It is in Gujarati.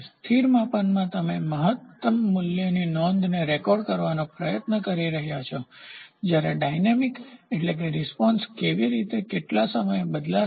સ્થિર માપનમાં તમે મહત્તમ મૂલ્યની નોંધને રેકોર્ડ કરવાનો પ્રયાસ કરી રહ્યાં છો જ્યારે ડાયનેમીકગતિશીલ એટલે કે રીસ્પોન્સપ્રતિસાદ કેવી રીતે સમય સાથે બદલાશે